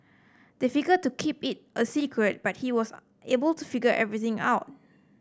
they figure to keep it a secret but he was able to figure everything out